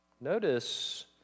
Notice